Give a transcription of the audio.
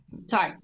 Sorry